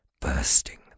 Bursting